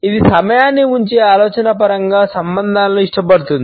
ఇది సమయాన్ని ఉంచే ఆలోచన పరంగా సంబంధాలను ఇష్టపడుతుంది